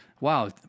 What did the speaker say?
Wow